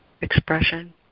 expression